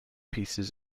pieces